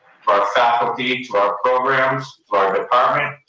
our faculty, to our programs for our department,